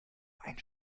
ein